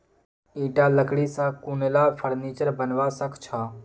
ईटा लकड़ी स कुनला फर्नीचर बनवा सख छ